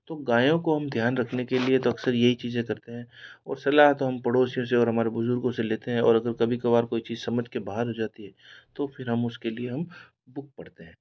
तो गायों को हम ध्यान रखने के लिए तो अक्सर यही चीज़ें करते हैं और सलाह तो हम पड़ोसियों से और हमारे बुजुर्गों से लेते हैं और अगर काभी कभार कोई चीज समज के बाहर हो जाती है तो फ़िर हम उसके लिए हम बुक पढ़ते हैं